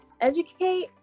Educate